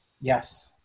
Yes